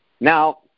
Now